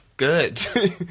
good